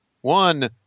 one